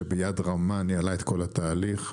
שביד רמה ניהלה את כל התהליך,